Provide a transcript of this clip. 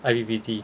I_P_P_T